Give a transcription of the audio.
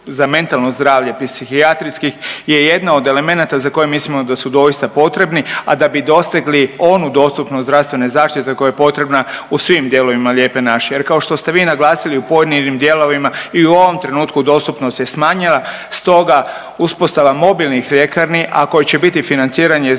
za mentalno zdravlje, psihijatrijskih je jedna od elemenata za koje mislimo da su doista potrebi, a da bi dosegli onu dostupnost zdravstvene zaštite koja je potrebna u svim dijelovima lijepe naše jer kao što ste vi naglasili u pojedinim dijelovima i u ovom trenutku dostupnost je smanjena stoga uspostava mobilnih ljekarni, a koje će biti financiranje iz